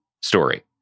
story